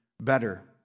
better